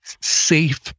safe